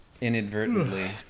inadvertently